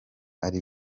ari